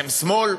אתם שמאל,